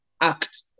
act